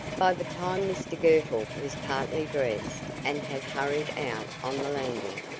by the time mr girtle was partly dressed and had hurried out on the landing,